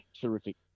terrific